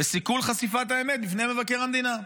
"לסיכול חשיפת האמת בפני מבקר המדינה".